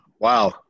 Wow